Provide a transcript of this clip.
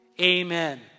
amen